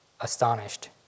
astonished